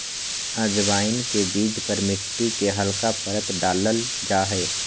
अजवाइन के बीज पर मिट्टी के हल्के परत डाल्ल जाहई